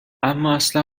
امااصلا